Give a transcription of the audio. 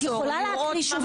ומה שהיא רוצה להגיד שדווקא